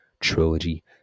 trilogy